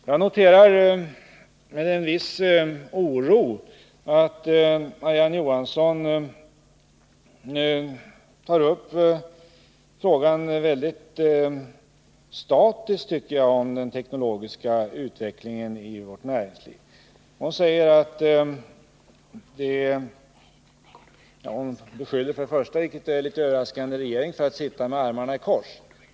Jag noterar med en viss oro att Marie-Ann Johansson tar upp frågan om den teknologiska utvecklingen i vårt näringsliv väldigt statiskt. Hon beskyller först och främst — vilket är överraskande — regeringen för att sitta med armarna i kors.